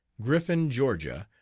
griffin, ga,